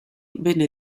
venne